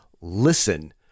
listen